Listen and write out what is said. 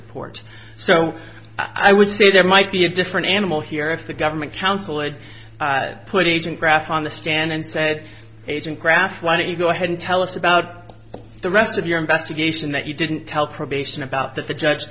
report so i would say there might be a different animal here if the government counsel it put agent graft on the stand and said agent graff why don't you go ahead and tell us about the rest of your investigation that you didn't tell probation about that the judge